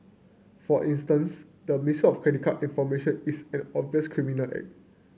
for instance the misuse of credit card information is an criminal